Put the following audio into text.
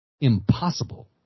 Impossible